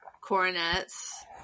coronets